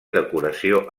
decoració